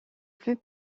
plus